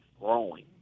growing